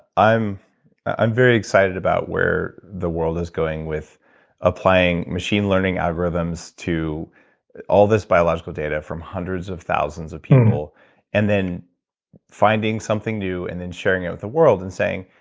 i'm i'm very excited about where the world is going with applying machine learning algorithms to all this biological data from hundreds of thousands of people and then finding something new, and then sharing it with the world and saying,